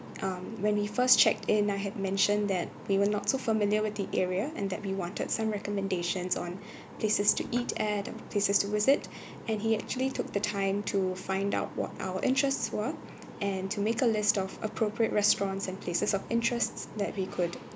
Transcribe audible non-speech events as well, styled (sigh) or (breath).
um when we first checked in I had mentioned that we were not so familiar with the area and that we wanted some recommendations on (breath) places to eat and the places to visit (breath) and he actually took the time to find out what our interests were and to make a list of appropriate restaurants and places of interests that we could